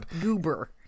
Goober